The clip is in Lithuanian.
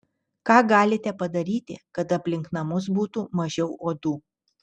ką galite padaryti kad aplink namus būtų mažiau uodų